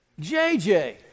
JJ